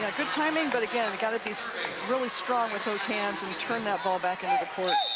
good timing, but again, and got to be so really strong withthe hands and turn that ball back into the court.